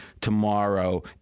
tomorrow